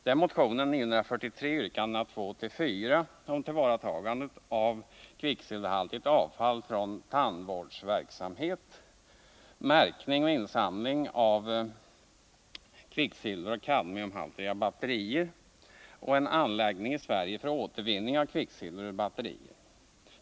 Det är motion 943, yrkandena 2-4, om tillvaratagande av kvicksilverhaltigt avfall från tandvårdsverksamhet, märkning och insamling av kvicksilveroch kadmiumhaltiga batterier och en anläggning i Sverige för återvinning av kvicksilver ur batterier.